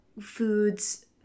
foods